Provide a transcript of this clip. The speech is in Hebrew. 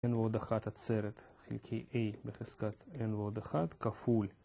n ועוד אחת עצרת חלקי a בחזקת n ועוד אחת כפול